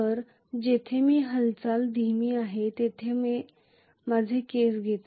तर जेथे मी हालचाल कमी आहे ते प्रकरण विचारात घेते